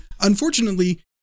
unfortunately